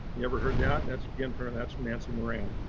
you ever heard that? and that's again for and that's nancy moran.